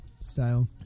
style